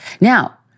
Now